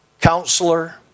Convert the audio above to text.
Counselor